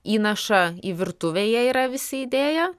įnašą į virtuvę jie yra visi įdėję